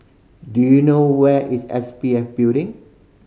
do you know where is S P F Building